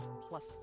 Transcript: plus